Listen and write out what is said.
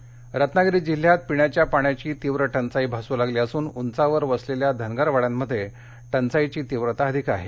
पाणी जाई रत्नागिरी जिल्ह्यात पिण्याच्या पाण्याची तीव्र टंचाई भासू लागली असून उंचावर वसलेल्या धनगरवाड्यांमध्ये टंचाईची तीव्रता अधिक आहे